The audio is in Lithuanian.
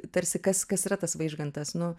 tarsi kas kas yra tas vaižgantas nu